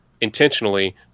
intentionally